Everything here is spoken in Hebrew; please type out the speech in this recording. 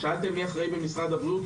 שאלתם מי אחראי במשרד הבריאות.